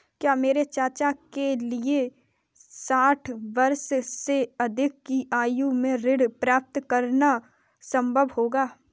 क्या मेरे चाचा के लिए साठ वर्ष से अधिक की आयु में ऋण प्राप्त करना संभव होगा?